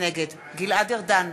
נגד גלעד ארדן,